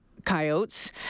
Coyotes